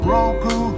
Roku